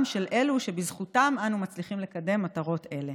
של אלו שבזכותם אנו מצליחים לקדם מטרות אלה.